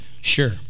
sure